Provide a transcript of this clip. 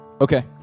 Okay